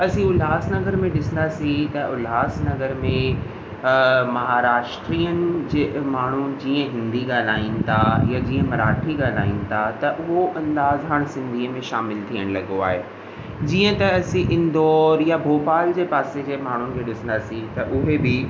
असीं उल्हासनगर में ॾिसंदासीं त उल्हासनगर में महाराष्ट्रियुनि जे माण्हू जीअं हिंदी ॻाल्हाइनि था या जीअं मराठी ॻाल्हाइनि था त उहो अंदाज़ु हाणे सिंधीअ में शामिलु थियणु लॻो आहे जीअं त असीं इंदौर या भोपाल जे पासे जे माण्हुनि खे ॾिसंदासीं त उहे बि